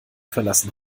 verlassen